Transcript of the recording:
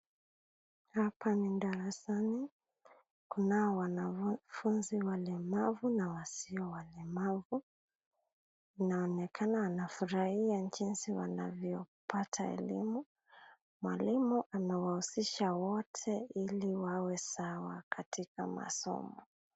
Hapa ni darasani, kunao wanafunzi walemavu na wasio walemavu, inaonekana anafurahia jinsi wanavyo, pata elimu, mwalimu anawahusisha wote ili wawe sawa katika masomo.